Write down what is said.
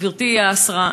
גברתי השרה,